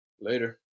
Later